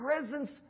presence